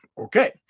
Okay